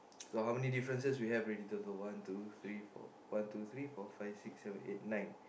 so how many differences we have already in total one two three four one two three four five six seven eight nine